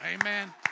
Amen